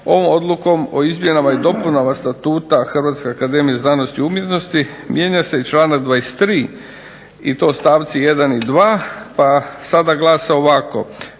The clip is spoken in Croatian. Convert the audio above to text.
ovom odlukom o izmjenama i dopunama Statuta Hrvatska akademija za znanost i umjetnost mijenja se i članak 23. i to stavci 1. i 2. pa sada glase ovako